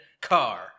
car